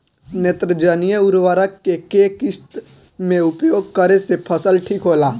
नेत्रजनीय उर्वरक के केय किस्त मे उपयोग करे से फसल ठीक होला?